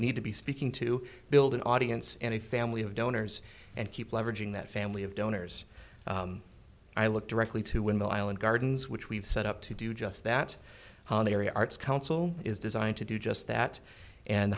need to be speaking to build an audience and a family of donors and keep leveraging that family of donors i looked directly to when the island gardens which we've set up to do just that area arts council is designed to do just that and